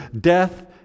Death